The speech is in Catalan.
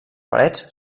parets